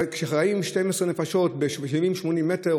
כשחיים 12 נפשות ב-70 80 מטר,